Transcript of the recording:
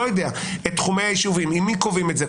עם מי קובעים את זה,